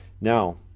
Now